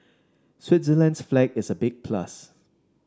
Switzerland's flag is a big plus